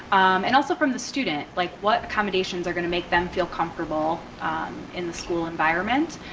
and also from the student. like what accommodations are gonna make them feel comfortable in the school environment.